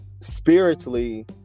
spiritually